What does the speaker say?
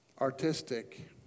artistic